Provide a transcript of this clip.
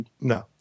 No